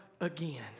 again